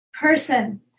person